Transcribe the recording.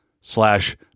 slash